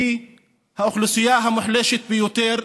היא האוכלוסייה המוחלשת ביותר,